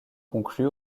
conclu